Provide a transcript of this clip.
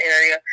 area